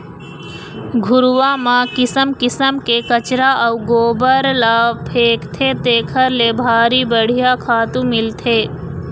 घुरूवा म किसम किसम के कचरा अउ गोबर ल फेकथे तेखर ले भारी बड़िहा खातू मिलथे